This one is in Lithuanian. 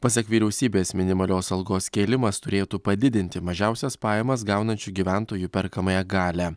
pasak vyriausybės minimalios algos kėlimas turėtų padidinti mažiausias pajamas gaunančių gyventojų perkamąją galią